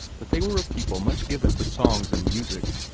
that they were a people much given to songs and music.